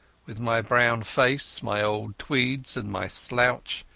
with my brown face, my old tweeds, and my slouch,